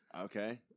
Okay